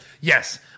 Yes